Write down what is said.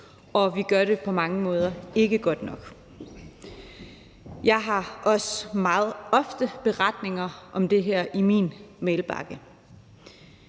og vi gør det på mange måder ikke godt nok. Jeg har også meget ofte beretninger om det her i min mailbakke.